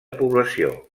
població